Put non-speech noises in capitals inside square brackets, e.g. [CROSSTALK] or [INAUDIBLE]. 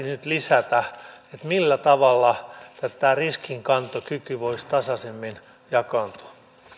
[UNINTELLIGIBLE] nyt lisätä sitä keskustelua millä tavalla tämä riskinkantokyky voisi tasaisemmin jakaantua